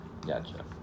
Gotcha